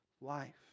life